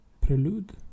prelude